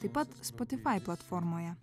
taip pat spotify platformoje